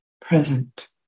present